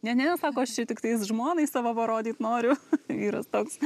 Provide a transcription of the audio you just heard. ne ne sako aš čia tiktais žmonai savo parodyt noriu vyras toks